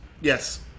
Yes